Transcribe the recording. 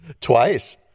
Twice